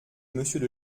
monsieur